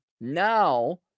now